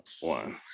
one